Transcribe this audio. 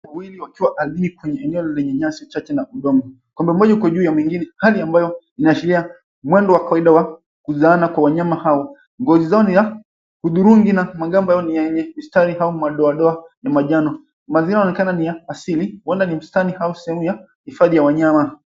Wawili wakiwa ardhini kwenye eneo lenye nyasi chache na udongo. Kwamba mmoja yuko juu ya mwingine hali ambayo inaashiria mwendo wa kawaida wa kuzana kwa wanyama hao. Ngozi zao ni ya hudhurungi na magamba yao ni yenye mistari au madoadoa na majano. Mazingira yanaonekana ni ya asili. Huenda ni msituni au sehemu ya hifadhi ya wanyama.